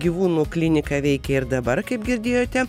gyvūnų klinika veikia ir dabar kaip girdėjote